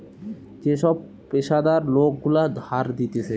যে সব পেশাদার লোক গুলা ধার দিতেছে